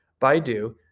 Baidu